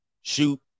shoot